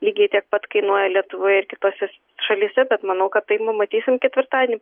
lygiai tiek pat kainuoja lietuvoje ir kitose šalyse bet manau kad tai nu matysim ketvirtadienį